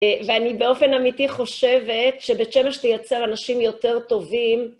ואני באופן אמיתי חושבת שבצ'לשתי יצא אנשים יותר טובים.